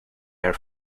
air